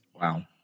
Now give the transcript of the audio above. Wow